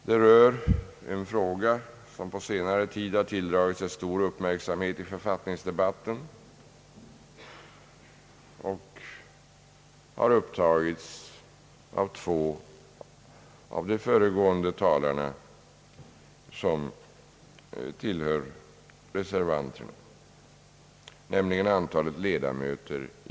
Den rör en fråga som på senare tid tilldragit sig stor uppmärksamhet i författningsdebatten och har behandlats av två av de föregående talarna som tillhör reservanterna, nämligen antalet ledamöter i riksdagen.